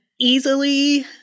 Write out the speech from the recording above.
easily